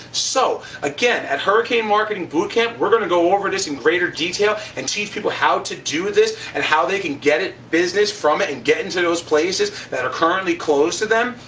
so again, at hurricane marketing bootcamp we're gonna go over this in greater detail and teach people how to do this, and how they can get business from it and get into those places that are currently close to them.